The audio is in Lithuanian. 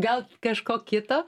gal kažko kito